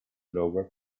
lower